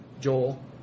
Joel